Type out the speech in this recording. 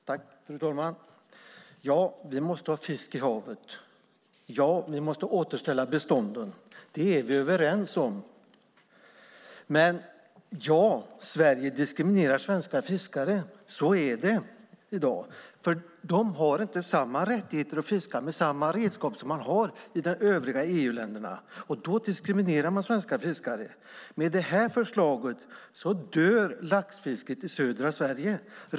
Fru talman! Ja, vi måste ha fisk i havet. Ja, vi måste återställa bestånden. Det är vi överens om, ministern. Men Sverige diskriminerar svenska fiskare; så är det i dag. De har inte samma rättigheter att fiska med de redskap som man har i de övriga EU-länderna, och då diskrimineras svenska fiskare. Med detta förslag dör laxfisket i södra Sverige.